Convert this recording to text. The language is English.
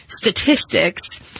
statistics